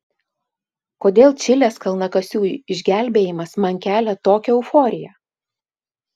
kodėl čilės kalnakasių išgelbėjimas man kelia tokią euforiją